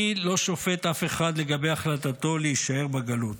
אני לא שופט אף אחד לגבי החלטתו להישאר בגלות